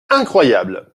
incroyable